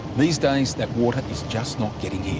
these days that water is just not getting here.